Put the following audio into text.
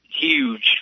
huge